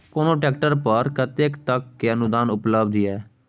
कोनो ट्रैक्टर पर कतेक तक के अनुदान उपलब्ध ये?